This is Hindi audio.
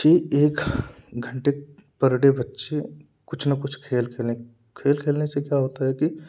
की एक घंटे पर डे बच्चे कुछ न कुछ खेल खेले खेल खेलने से क्या होता है की